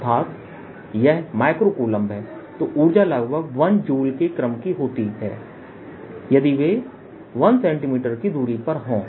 अर्थात यदि यह माइक्रो कूलम्ब है तो ऊर्जा लगभग 1 जूल के क्रम की होती है यदि वे 1 सेंटीमीटर की दूरी पर हों